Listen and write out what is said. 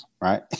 right